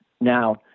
now